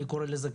אני קורא להן כך,